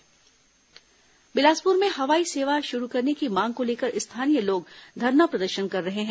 बिलासपुर हवाई सेवा बिलासपुर में हवाई सेवा शुरू करने की मांग को लेकर स्थानीय लोग धरना प्रदर्शन कर रहे हैं